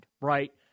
right